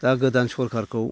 दा गोदान सरखारखौ